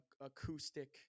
acoustic